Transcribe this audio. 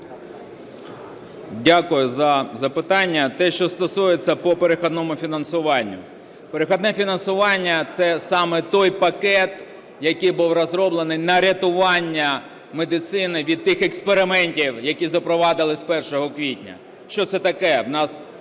Дякую за запитання. Те, що стосується по перехідному фінансуванню. Перехідне фінансування – це саме той пакет, який був розроблений на рятування медицини від тих експериментів, які запровадили з 1 квітня. Що це таке?